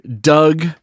Doug